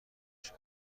کشد